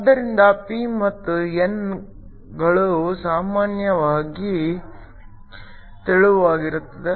ಆದ್ದರಿಂದ p ಮತ್ತು n ಗಳು ಸಾಮಾನ್ಯವಾಗಿ ತೆಳುವಾಗಿರುತ್ತವೆ